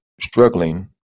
struggling